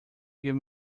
giving